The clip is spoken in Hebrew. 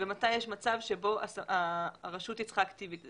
ומתי יש מצב שבו הרשות צריכה